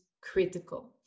critical